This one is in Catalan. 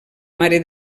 mare